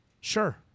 Sure